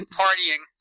partying